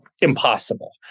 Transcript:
impossible